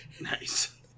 Nice